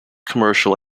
commercial